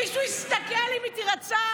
מישהו יראה אם היא תירצח?